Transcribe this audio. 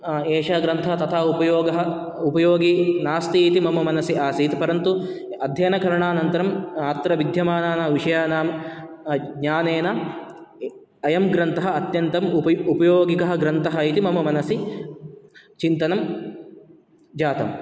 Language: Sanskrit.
एषः ग्रन्थः तथा उपयोगः उपयोगी नास्तीति मम मनसि आसीत् परन्तु अध्ययनकरणानन्तरम् अत्र विद्यमानानां विषयाणां ज्ञानेन अयं ग्रन्थः अत्यन्तम् उपयोगिकः ग्रन्थः इति मम मनसि चिन्तनं जातम्